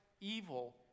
evil